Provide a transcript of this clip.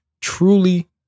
truly